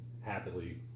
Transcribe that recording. happily